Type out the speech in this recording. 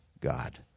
God